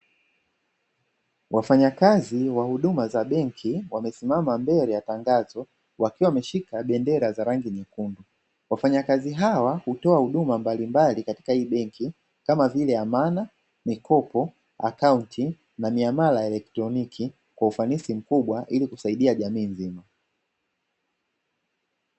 Wafanyakazi wa huduma za benki wamesimama mbele ya tangazo wakiwa wameshika bendera za rangi nyekundu, wafanyakazi hawa hutoa huduma mbalimbali katika hii benki kamavile: amana ,mikopo, akaunti na miamala ya electroniki kwa ufanisi mkubwa ili kusaidia jamii nzima.